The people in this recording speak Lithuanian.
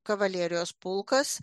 kavalerijos pulkas